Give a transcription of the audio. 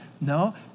No